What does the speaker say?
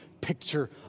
picture